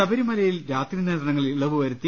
ശബരിമലയിൽ രാത്രി നിയന്ത്രണങ്ങളിൽ ഇളവുവരുത്തി